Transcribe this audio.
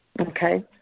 Okay